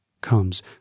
comes